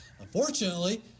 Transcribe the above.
Unfortunately